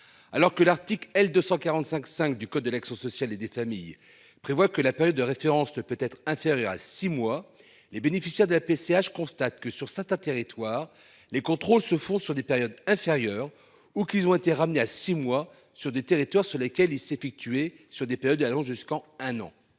Alors que l'article L 245 5 du code de l'ex-sociale et des familles prévoit que la période de référence ne peut être inférieure à six mois, les bénéficiaires de la PCH constate que sur certains territoires. Les contrôles se font sur des périodes inférieures ou qu'ils ont été ramenés à six mois sur des territoires sur lesquels il s'effectuer sur des périodes allant jusqu'en un an.